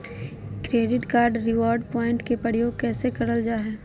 Credit card reward point के प्रयोग कैसे करल जा है?